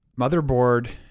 motherboard